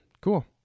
Cool